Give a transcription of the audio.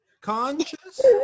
conscious